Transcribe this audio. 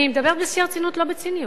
אני מדברת בשיא הרצינות, לא בציניות.